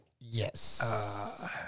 yes